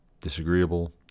disagreeable